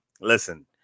listen